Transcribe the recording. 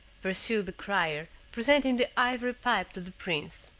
pursued the crier, presenting the ivory pipe to the prince,